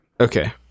Okay